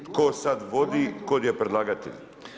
Tko sad vodi, tko je predlagatelj?